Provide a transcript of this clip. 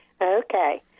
Okay